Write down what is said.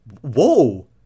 Whoa